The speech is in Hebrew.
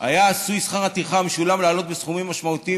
היה עשוי שכר הטרחה המשולם לעלות בסכומים משמעותיים